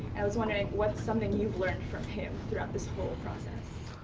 i was wondering what's something you've learned from him throughout this whole process?